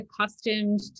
accustomed